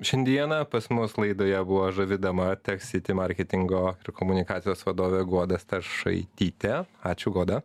šiandieną pas mus laidoje buvo žavi dama teksiti marketingo komunikacijos vadovė guoda stašaitytė ačiū goda